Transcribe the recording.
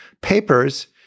papers